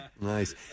Nice